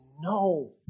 No